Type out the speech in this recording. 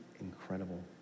incredible